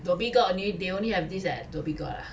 dhoby ghaut only they only have this at dhoby ghaut ah